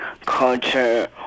culture